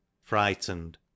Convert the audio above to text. frightened